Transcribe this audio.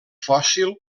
fòssil